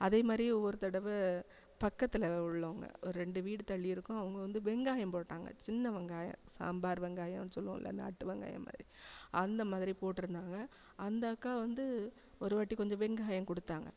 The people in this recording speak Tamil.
அதேமாதிரி ஒரு தடவை பக்கத்தில் உள்ளவங்க ஒரு ரெண்டு வீடு தள்ளி இருக்கும் அவங்க வந்து வெங்காயம் போட்டாங்க சின்ன வெங்காயம் சாம்பார் வெங்காயம்ன்னு சொல்வோம்ல நாட்டு வெங்காயமாதிரி அந்தமாதிரி போட்டுருந்தாங்க அந்த அக்கா வந்து ஒருவாட்டி கொஞ்சம் வெங்காயம் கொடுத்தாங்க